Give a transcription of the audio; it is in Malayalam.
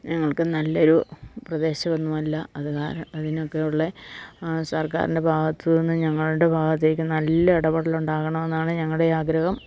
ഞങ്ങൾക്ക് നല്ലൊരു പ്രദേശമൊന്നുമില്ല അത് അതിനൊക്കെയുള്ള സർക്കാരിൻ്റെ ഭാഗത്ത് നിന്ന് ഞങ്ങളുടെ ഭാഗത്തേക്ക് നല്ല ഇടപെടൽ ഉണ്ടാകണമെന്നാണ് ഞങ്ങളുടെ ആഗ്രഹം